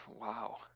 Wow